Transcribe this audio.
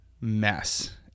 mess